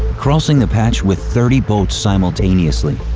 crossing the patch with thirty boats simultaneously.